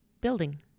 building